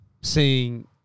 seeing